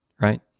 right